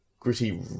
gritty